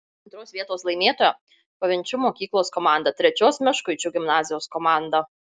antros vietos laimėtoja pavenčių mokyklos komanda trečios meškuičių gimnazijos komanda